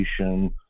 education